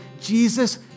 Jesus